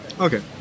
Okay